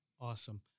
Awesome